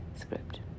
script